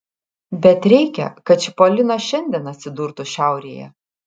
bet reikia kad čipolinas šiandien atsidurtų šiaurėje